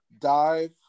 dive